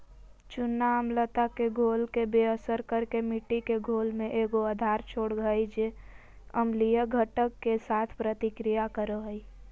चूना अम्लता के घोल के बेअसर कर के मिट्टी के घोल में एगो आधार छोड़ हइ जे अम्लीय घटक, के साथ प्रतिक्रिया करो हइ